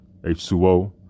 H2O